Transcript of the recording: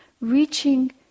reaching